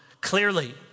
Clearly